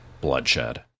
bloodshed